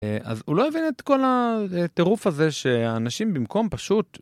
אז הוא לא הבין את כל הטירוף הזה שהאנשים במקום פשוט....